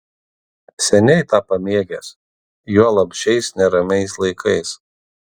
seniai tą pamėgęs juolab šiais neramiais laikais